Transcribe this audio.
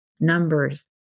Numbers